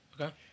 Okay